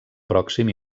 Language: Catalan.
pròxim